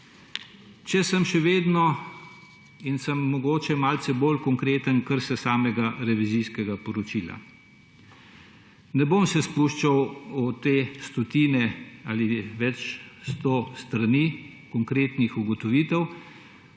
opozicije KUL. Če sem mogoče še malce bolj konkreten, kar se samega revizijskega poročila tiče. Ne bom se spuščal v te stotine ali več sto strani konkretnih ugotovitev.